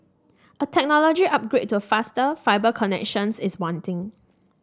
a technology upgrade to faster fibre connections is wanting